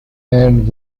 and